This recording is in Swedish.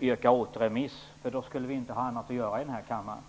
yrkar på återremiss - då skulle vi inte ha annat att göra här i kammaren.